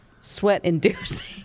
sweat-inducing